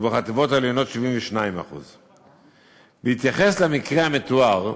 ובחטיבות העליונות, 72%. בהתייחס למקרה המתואר,